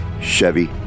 Chevy